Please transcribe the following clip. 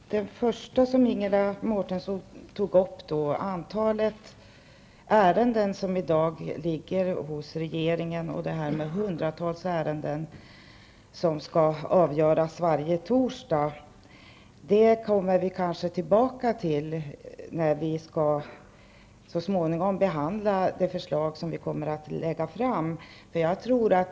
Herr talman! Det första som Ingela Mårtensson tog upp, nämligen det stora antalet ärenden som i dag ligger hos regeringen och som skall avgöras varje torsdag, kommer vi kanske tillbaka till när vi så småningom skall behandla det förslag som kommer att läggas fram.